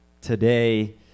today